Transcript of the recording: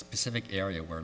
specific area where